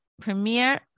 premier